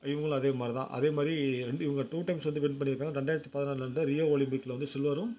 இவங்களும் அதே மாதிரி தான் அதே மாதிரி ரெண்டு இவங்க டூ டைம்ஸ் வந்து வின் பண்ணியிருக்காங்க ரெண்டாயிரத்தி பதினாறில் நடந்த ரியோ ஒலிம்பிக்கில்வந்து சில்வரும்